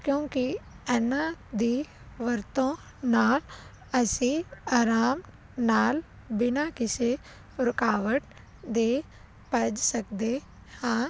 ਕਿਉਂਕਿ ਇਹਨਾਂ ਦੀ ਵਰਤੋਂ ਨਾਲ ਅਸੀਂ ਆਰਾਮ ਨਾਲ ਬਿਨਾਂ ਕਿਸੇ ਰੁਕਾਵਟ ਦੇ ਭੱਜ ਸਕਦੇ ਹਾਂ